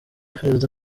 perezida